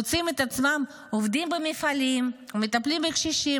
מוצאים את עצמם עובדים במפעלים או מטפלים בקשישים,